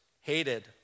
hated